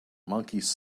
monkeys